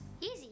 Easy